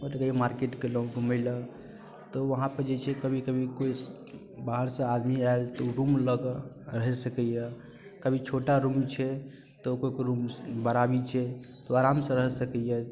ओतऽ कहियो मार्केट गेलहुँ घूमे लऽ तऽ वहाँ पे जे छै कभी कभी केओ बाहरसँ आदमी आएल तऽ ओ रूम लऽ के रहि सकैया कभी छोटा रूम छै तऽ कोइ कोइ रूम बड़ा भी छै तऽ ओ आरामसँ रहि सकैया